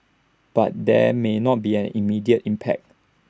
but there may not be an immediate impact